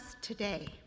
today